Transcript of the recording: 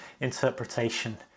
interpretation